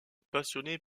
passionnait